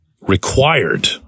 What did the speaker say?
required